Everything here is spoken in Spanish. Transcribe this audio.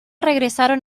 regresaron